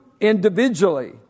individually